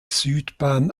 südbahn